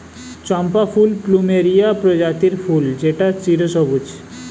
চম্পা ফুল প্লুমেরিয়া প্রজাতির ফুল যেটা চিরসবুজ